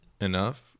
enough